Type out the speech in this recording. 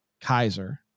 Kaiser